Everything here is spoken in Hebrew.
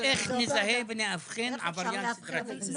איך נזהה ונאבחן עבריין סדרתי?